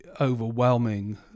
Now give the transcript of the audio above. overwhelming